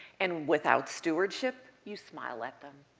and without stewardship, you smile at them.